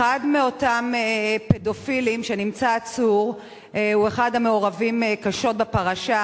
אחד מאותם פדופילים שנמצא עצור הוא אחד המעורבים קשות בפרשה,